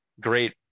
great